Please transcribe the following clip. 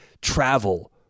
travel